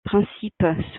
principe